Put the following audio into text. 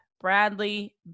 Bradley